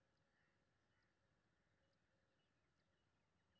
एक देश से दोसर देश पैसा भैजबाक कि प्रावधान अछि??